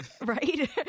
right